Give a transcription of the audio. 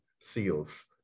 seals